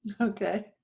okay